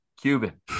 Cuban